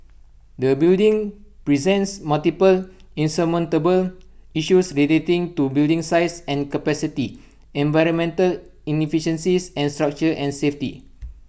the building presents multiple insurmountable issues relating to building size and capacity environmental inefficiencies and structure and safety